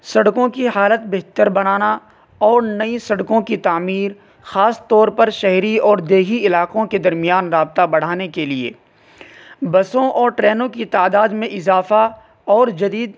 سڑکوں کی حالت بہتر بنانا اور نئی سڑکوں کی تعمیر خاص طور پر شہری اور دیہی علاقوں کے درمیان رابطہ بڑھانے کے لیے بسوں اور ٹرینوں کی تعداد میں اضافہ اور جدید